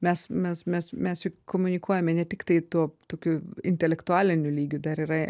mes mes mes mes juk komunikuojame ne tiktai tuo tokiu intelektualiniu lygiu dar yra